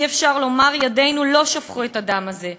אי-אפשר לומר 'ידינו לא שפכו את הדם הזה.'"